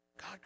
God